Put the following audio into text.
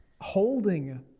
holding